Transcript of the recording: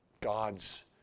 God's